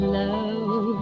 love